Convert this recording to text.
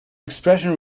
expression